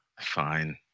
Fine